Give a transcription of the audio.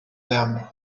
them